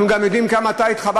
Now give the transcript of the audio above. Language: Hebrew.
אנחנו גם יודעים כמה התחבטת,